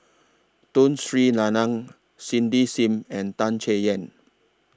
Tun Sri Lanang Cindy SIM and Tan Chay Yan